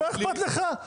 לא אכפת לך שהוא עבר